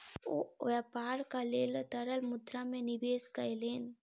ओ व्यापारक लेल तरल मुद्रा में निवेश कयलैन